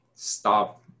stop